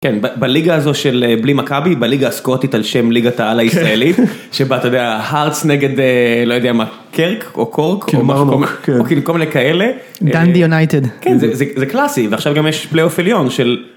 כן, בליגה הזו של בלי מכבי. בליגה הסקוטית על שם ליגת העל הישראלית, שבה אתה יודע, הארץ נגד לא יודע מה קרק או קורק או כל מיני כאלה. דנדי יונייטד. זה קלאסי ועכשיו גם יש פלייאוף עליון של.